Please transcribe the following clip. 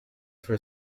for